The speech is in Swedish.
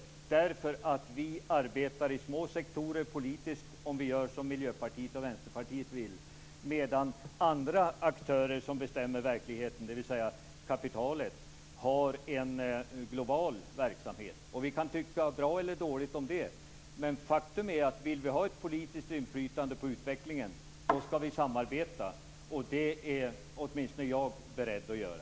Vi arbetar annars i små sektorer politiskt om vi gör som Miljöpartiet och Vänsterpartiet vill medan andra aktörer som bestämmer verkligheten, dvs. kapitalet, har en global verksamhet. Vi kan tycka bra eller dåligt om det. Men faktum är att om vi vill ha ett politiskt inflytande på utvecklingen skall vi samarbeta. Det är åtminstone jag beredd att göra.